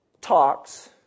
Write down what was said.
talks